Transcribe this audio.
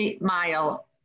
mile